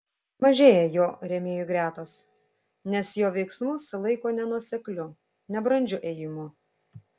mažėja jo rėmėjų gretos nes jo veiksmus laiko nenuosekliu nebrandžiu ėjimu